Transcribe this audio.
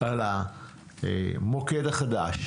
על המוקד החדש.